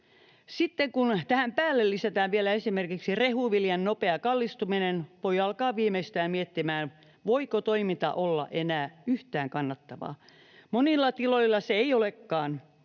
Sitten kun tähän päälle lisätään vielä esimerkiksi rehuviljan nopea kallistuminen, voi alkaa viimeistään miettimään, voiko toiminta olla enää yhtään kannattavaa. Monilla tiloilla se ei olekaan.